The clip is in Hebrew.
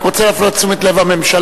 אני רק רוצה להפנות את תשומת לב הממשלה,